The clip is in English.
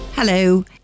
Hello